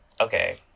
okay